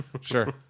Sure